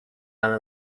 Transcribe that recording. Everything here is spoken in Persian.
همه